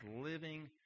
living